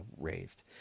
raised